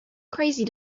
crazy